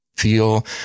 feel